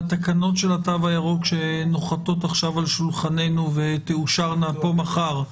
בתקנות של התו הירוק שנוחתות עכשיו על שולחננו ותאושרנה פה מחר.